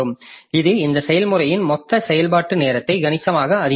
இது இந்த செயல்முறையின் மொத்த செயல்பாட்டு நேரத்தை கணிசமாக அதிகமாக்குகிறது